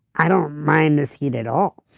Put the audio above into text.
i don't mind this heat at all.